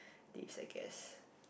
lifts I guess